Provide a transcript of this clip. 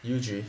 U_G